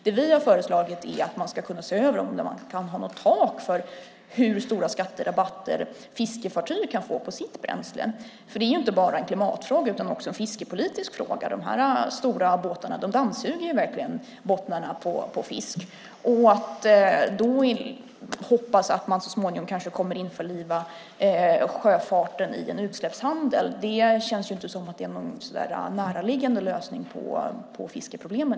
Det vi har föreslagit är att man ska kunna se över om man kan ha något tak för hur stora skatterabatter fiskefartyg kan få på sitt bränsle. Det är inte bara en klimatfråga utan också en fiskepolitisk fråga. De stora båtarna dammsuger verkligen bottnarna på fisk. Att då hoppas att man så småningom kanske kommer att införliva sjöfarten i utsläppshandeln känns inte som någon näraliggande lösning på fiskeproblemen.